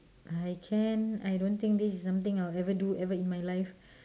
I can I don't think this is something I will ever do ever in my life